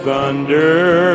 Thunder